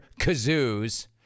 kazoos